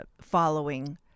following